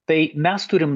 tai mes turim